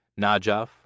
Najaf